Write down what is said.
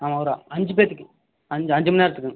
ஆமாம் ஒரு அஞ்சு பேர்த்துக்கு இருக்கீங்க அஞ்சு அஞ்சுமண் நேரத்துக்கு